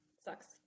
Sucks